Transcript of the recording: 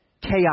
chaos